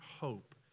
hope